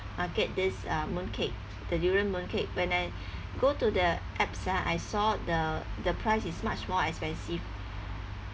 uh get this uh mooncake the durian mooncake when I go to the apps ah I saw the the price is much more expensive